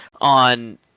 on